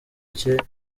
cye